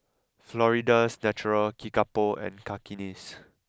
Florida's Natural Kickapoo and Cakenis